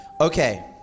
Okay